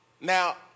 Now